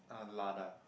uh Lada